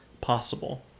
possible